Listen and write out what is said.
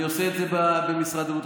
אני עושה את זה במשרד הבריאות.